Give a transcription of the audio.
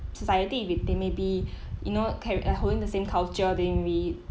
society with they may be you know carr~ err holding the same culture than we